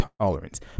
tolerance